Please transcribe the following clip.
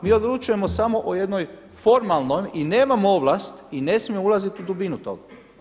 Mi odlučujemo samo o jednoj formalnoj i nemamo ovlast i ne smijemo ulaziti u dubinu toga.